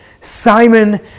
Simon